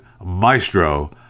Maestro